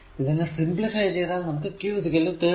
ഇതിനെ സിംപ്ലിഫൈ ചെയ്താൽ നമുക്ക് q 31